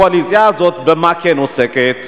הקואליציה הזאת, במה היא כן עוסקת?